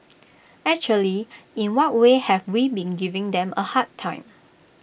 actually in what way have we been giving them A hard time